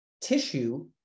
tissue